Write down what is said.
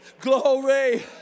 glory